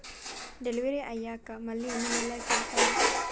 Delivery అయ్యాక మళ్ళీ ఎన్ని నెలలకి కడుతాయి?